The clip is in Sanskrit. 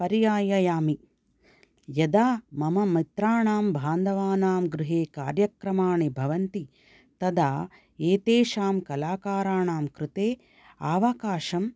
परियाययामि यदा मम मित्राणां बान्धवानां गृहे कार्यक्रमाणि भवन्ति तदा एतेषां कलाकाराणां कृते अवकाशं